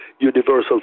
universal